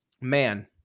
Man